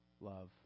love